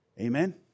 Amen